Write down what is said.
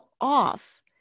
off